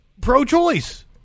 pro-choice